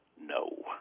no